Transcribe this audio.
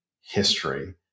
history